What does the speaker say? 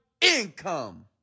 income